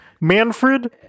Manfred